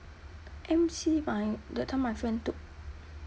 M_C ah that time my friend took